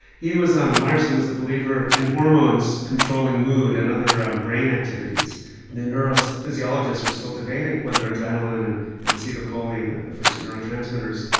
he was, um myerson was a believer in hormones controlling mood and other um brain activities and the neurophysiologists were still debating whether adrenaline and and acetylcholine, the the first neurotransmitters,